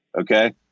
Okay